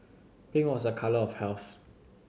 pink was a colour of health